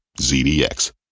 ZDX